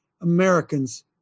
Americans